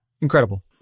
incredible